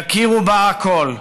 יכירו בה הכול".